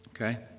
Okay